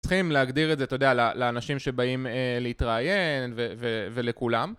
צריכים להגדיר את זה אתה יודע לאנשים שבאים להתראיין ולכולם